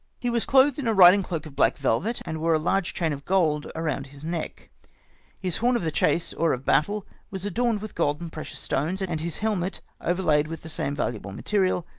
he was clothed in a riding cloak of black velvet, and wore a large chain of gold around his neck his horn of the chase, or of battle, was adorned with gold and precious stones and his helmet, overlaid with the same valuable metal,